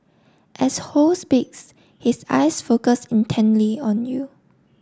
as Ho speaks his eyes focus intently on you